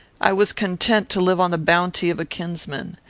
i was content to live on the bounty of a kinsman.